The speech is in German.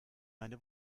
meine